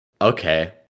okay